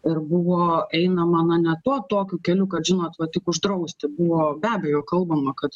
ir buvo einama na ne tuo tokiu keliu kad žinot vat tik uždrausti buvo be abejo kalbama kad